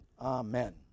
Amen